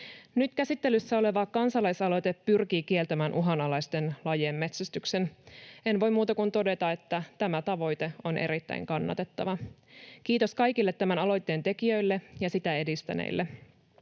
Nyt käsittelyssä oleva kansalaisaloite pyrkii kieltämään uhanalaisten lajien metsästyksen. En voi muuta kuin todeta, että tämä tavoite on erittäin kannatettava. Kiitos kaikille tämän aloitteen tekijöille ja sitä edistäneille.